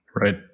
Right